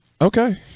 Okay